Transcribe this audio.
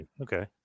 Okay